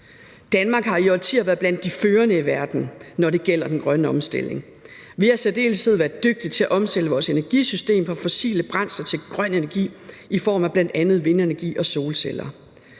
Danmark har i årtier været blandt de førende i verden, når det gælder den grønne omstilling. Vi har i særdeleshed været dygtige til at omsætte vores energisystem fra fossile brændsler til grøn energi i form af bl.a. vindenergi og solceller.